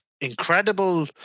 incredible